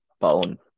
bone